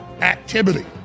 activity